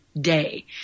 day